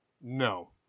No